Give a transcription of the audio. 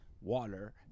water